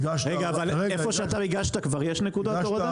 רגע, אבל איפה שאתה הגשת כבר יש נקודת הורדה?